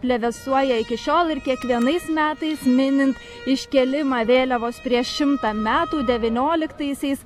plevėsuoja iki šiol ir kiekvienais metais minint iškėlimą vėliavos prieš šimtą metų devynioliktaisiais